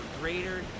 greater